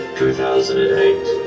2008